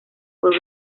por